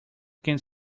can